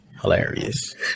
hilarious